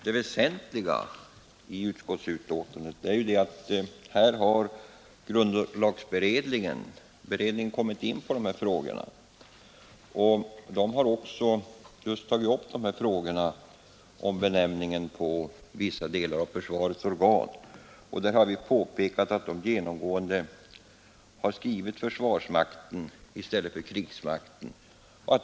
Det väsentliga i utskottsbetänkandet är påpekandet att grundlagberedningen tagit upp frågorna om benämningen på vissa delar av försvarets organ. Vi har anfört att grundlagberedningen i sina förslag genomgående skrivit ”försvarsmakten” i stället för ”krigsmakten”.